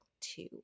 two